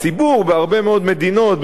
הציבור בהרבה מאוד מדינות,